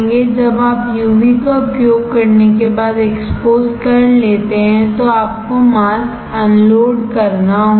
जब आप यूवी का उपयोग करने के बाद एक्सपोज कर लेते हैं तो आपको मास्क अनलोड करना होगा